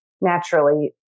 naturally